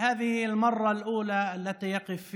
בשפה הערבית, להלן תרגומם: